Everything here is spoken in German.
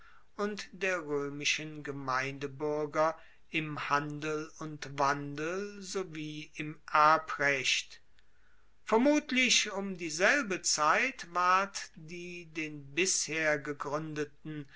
und der roemischen gemeindebuerger im handel und wandel sowie im erbrecht vermutlich um dieselbe zeit ward die den bisher gegruendeten